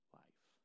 life